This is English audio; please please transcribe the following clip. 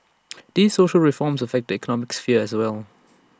these social reforms affect the economic sphere as well